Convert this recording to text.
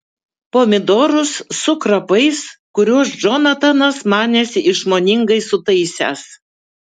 pomidorus su krapais kuriuos džonatanas manėsi išmoningai sutaisęs